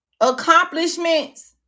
accomplishments